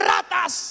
Ratas